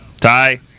Ty